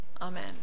Amen